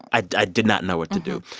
i i did not know what to do.